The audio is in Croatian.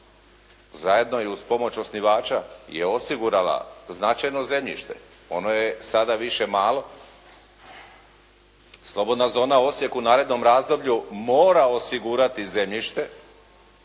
zajedno i uz pomoć osnivača je osigurala značajno zemljište. Ono je sada više malo. Slobodna zona Osijek u narednom razdoblju mora osigurati zemljište